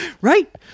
right